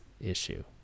issue